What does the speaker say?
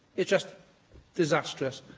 it's just disastrous.